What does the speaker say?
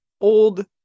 old